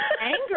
anger